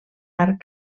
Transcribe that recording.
arc